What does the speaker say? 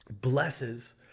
blesses